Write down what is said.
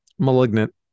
Malignant